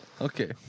Okay